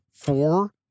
Four